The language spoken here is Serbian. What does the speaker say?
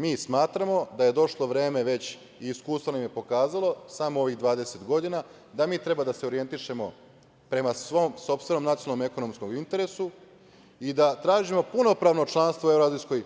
Mi smatramo da je došlo vreme, već i iskustvo nam je pokazalo samo ovih 20 godina, da mi treba da se orijentišemo prema svom sopstvenom nacionalnom ekonomskom interesu i da tražimo punopravno članstvo u Evroazijskoj